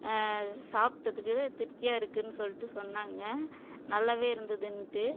சாப்பிட்டதுக்கு திருப்தியாக இருக்குதுன்னு சொல்லிட்டு சொன்னாங்க நல்லாவே இருந்ததுன்ட்டு